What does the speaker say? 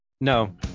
No